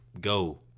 go